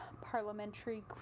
parliamentary